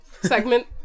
segment